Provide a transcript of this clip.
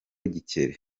gikeli